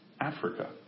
Africa